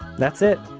that's it,